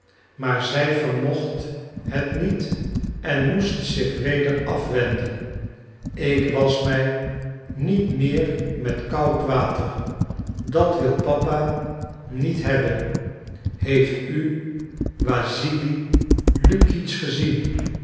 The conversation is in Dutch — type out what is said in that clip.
maar zij vermocht het niet en moest zich weder afwenden ik wasch mij niet meer met koud water dat wil papa niet hebben heeft u wassili lukitsch gezien